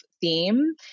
theme